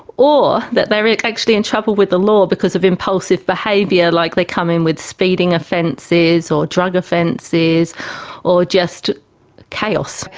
or that they are actually in trouble with the law because of impulsive behaviour, like they come in with speeding offences or drug offences or just chaos.